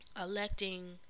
electing